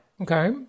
Okay